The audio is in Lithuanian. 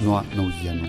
nuo naujienų